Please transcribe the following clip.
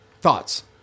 thoughts